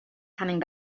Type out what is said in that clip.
coming